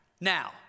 now